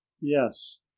Yes